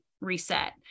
reset